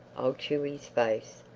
i'll chew his face.